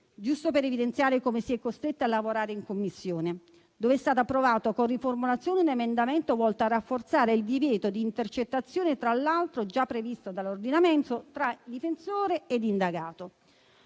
giusto per evidenziare come si è costretti a lavorare in Commissione, lì è stato approvato, con riformulazione, un emendamento volto a rafforzare il divieto di intercettazione, tra l'altro già previsto dall'ordinamento, tra difensore ed indagato.